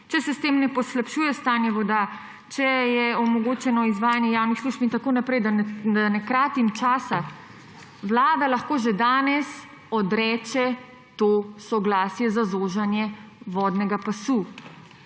»če se s tem ne poslabšuje stanje voda, če je omogočeno izvajanje javnih služb« itn., da ne kratim časa, vlada lahko že danes odreče to soglasje za zoženje vodnega pasu.